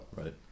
Right